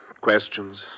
Questions